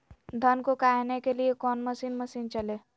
धन को कायने के लिए कौन मसीन मशीन चले?